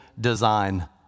design